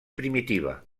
primitiva